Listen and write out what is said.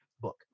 book